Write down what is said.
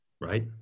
right